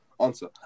answer